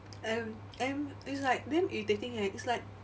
and and it's like damn irritating eh it's like